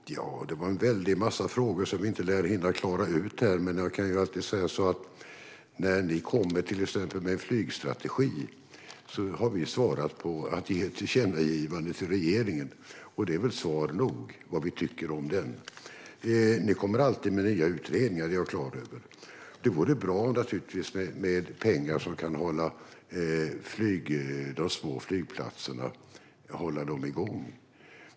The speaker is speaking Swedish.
Fru talman! Det var en väldig massa frågor som vi inte lär hinna klara ut här. När ni kom med en flygstrategi svarade vi med ett tillkännagivande till regeringen. Det är väl svar nog om vad vi tycker om den. Ni kommer alltid med nya utredningar. Det är jag klar över. Det vore naturligtvis bra med pengar som kan hålla de små flygplatserna igång.